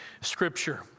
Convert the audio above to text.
Scripture